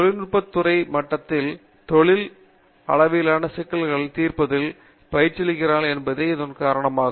தொழில் துறை மட்டத்தில் தொழில் அளவிலான சிக்கல்களை தீர்ப்பதில் பயிற்சியளித்திருக்கிறார்கள் என்பதே இதன் காரணமாகும்